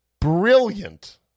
brilliant